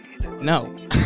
No